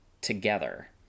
together